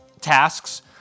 tasks